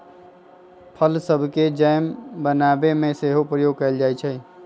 फल सभके जैम बनाबे में सेहो प्रयोग कएल जाइ छइ